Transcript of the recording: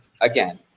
again